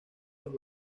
los